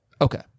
Okay